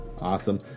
Awesome